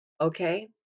Okay